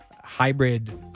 hybrid